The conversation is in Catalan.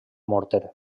morter